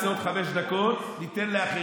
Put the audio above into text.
אנחנו נעשה עוד חמש דקות, ניתן לאחרים.